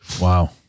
Wow